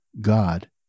God